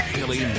Billy